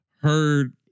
heard